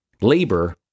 labor